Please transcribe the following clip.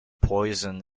poison